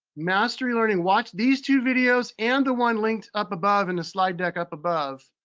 mastery learning, watch these two videos, and the one linked up above in the slide deck up above.